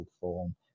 form